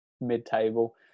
mid-table